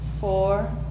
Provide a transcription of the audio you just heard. four